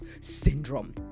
syndrome